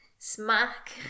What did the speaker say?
smack